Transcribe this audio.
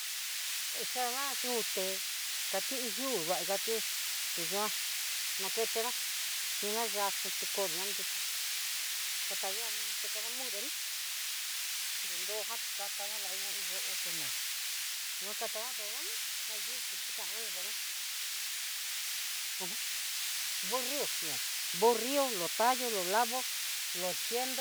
Oxhena yuté atió iin yu'u katió, te yuan naketená chinayá'a chen tekodoná an yuté, katajian chetena mugre ní, nrio yo'o jan katá ngalaña iin yoo te nos niukala ndo ná ni, naxhichi te kuana noveena uj burrió uña burrió lo gtayo lo lavo lo tiendo.